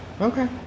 Okay